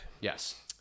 Yes